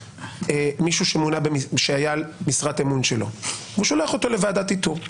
מישהו שהיה משרת אמון שלו והוא היה שולח אותו לוועדת איתור,